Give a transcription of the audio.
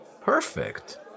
Perfect